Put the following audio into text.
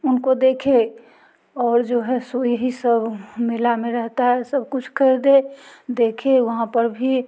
उनको देखे और जो है सो यही सब मेले में रहता है सब कुछ कर दे देखे वहाँ पर भी